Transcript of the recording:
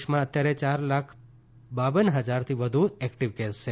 દેશમાં અત્યારે ચાર લાખ પર હજારથી વધુ એકટીવ કેસ છે